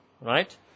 Right